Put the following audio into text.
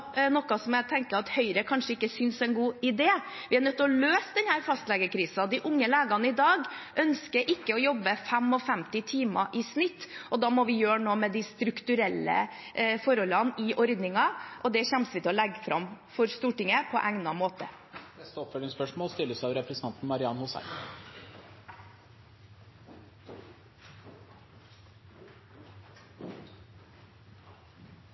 en god idé. Vi er nødt til å løse denne fastlegekrisen. De unge legene i dag ønsker ikke å jobbe 55 timer i snitt. Da må vi gjøre noe med de strukturelle forholdene i ordningen, og det kommer vi til å legge fram for Stortinget på egnet måte. Marian Hussein – til oppfølgingsspørsmål. Som de foregående talerne har vært inne på, er vi alle opptatt av